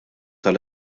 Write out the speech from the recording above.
tal